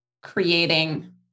creating